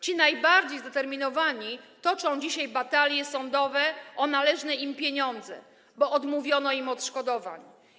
Ci najbardziej zdeterminowani toczą dzisiaj batalie sądowe o należne im pieniądze, bo odmówiono im odszkodowań.